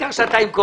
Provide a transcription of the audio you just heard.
העיקר שאתה עם כובע.